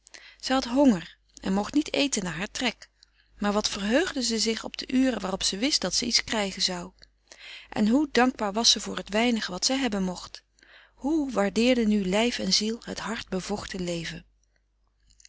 had honger en mocht niet eten naar haar trek maar wat verheugde ze zich op de uren waarop ze wist dat ze iets krijgen zou en hoe dankbaar was ze voor t weinige wat ze hebben mocht hoe waardeerde nu lijf en ziel het hard bevochten leven